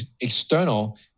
external